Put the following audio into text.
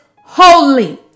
holy